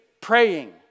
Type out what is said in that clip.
praying